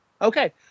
Okay